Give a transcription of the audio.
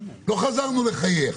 לא חזרנו לחייך,